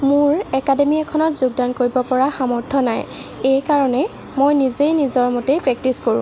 মোৰ একাডেমি এখনত যোগদান কৰিব পৰা সামৰ্থ্য নাই এইকাৰণে মই নিজেই নিজৰ মতেই প্ৰেক্টিচ কৰোঁ